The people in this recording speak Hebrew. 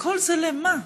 וכל זה לְמה?